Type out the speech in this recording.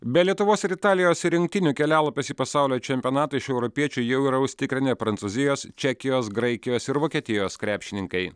be lietuvos ir italijos rinktinių kelialapius į pasaulio čempionatą iš europiečių jau yra užsitikrinę prancūzijos čekijos graikijos ir vokietijos krepšininkai